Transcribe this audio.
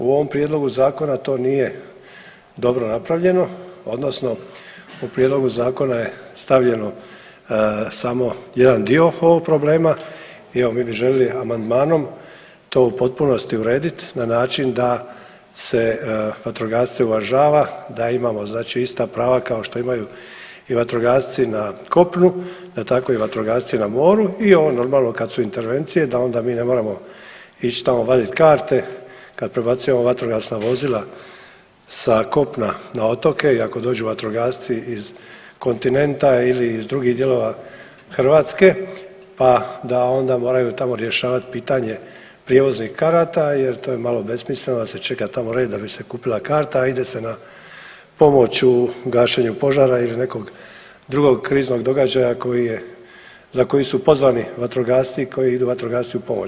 U ovom prijedlogu zakona to nije dobro napravljeno odnosno u prijedlogu zakona je stavljeno samo jedan dio ovog problema i evo mi bi želili amandmanom to u potpunosti uredit na način da se vatrogasce uvažava, da imamo ista prava kao što imaju i vatrogasci na kopnu da tako i vatrogasci na moru i ovo normalno kad su intervencije da onda mi ne moramo ić tamo vadit karte kad prebacujemo vatrogasna vozila sa kopna na otoke i ako dođu vatrogasci iz kontinenta ili iz drugih dijelova Hrvatske pa da onda moraju tamo rješavat pitanje prijevoznih karata jer to je malo besmisleno da se tamo čeka red da bi se kupila karta, a ide se na pomoć u gašenju požara ili nekog drugog kriznog događaja za koji su pozvani vatrogasci i koji idu vatrogasci u pomoć.